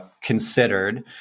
considered